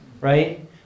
right